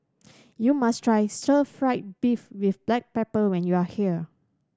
you must try stir fried beef with black pepper when you are here